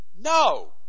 No